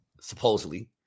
supposedly